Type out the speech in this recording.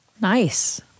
Nice